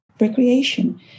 recreation